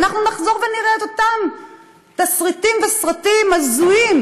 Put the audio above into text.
אנחנו נחזור ונראה את אותם תסריטים וסרטים הזויים,